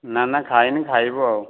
ନା ନା ଖାଇନି ଖାଇବୁ ଆଉ